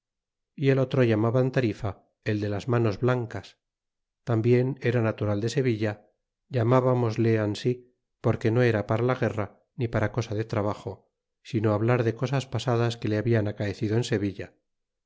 y el otro llamaban tarifa el de las manos blancas tambien era natural de sevilla llamábamosle ansi porque no era para la guerra ni para cosa de trabajo sino hablar de cosas pasadas que le hablan acaecido en sevilla